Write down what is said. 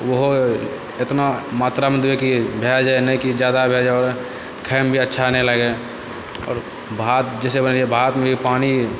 ओहो एतना मात्रामे देबै कि भऽ जाइ नहि कि ज्यादा भऽ जाइ आओर खाइमे भी अच्छा नहि लागै आओर भात जैसे भात भी पानी